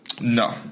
No